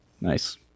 Nice